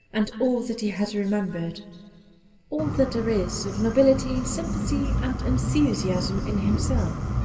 and all that he has remembered all that there is of nobility, sympathy, and enthusiasm in himself.